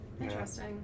interesting